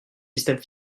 système